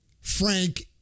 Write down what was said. Frank